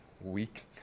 week